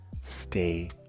stay